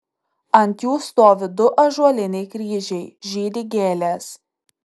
ant jų stovi du ąžuoliniai kryžiai žydi gėlės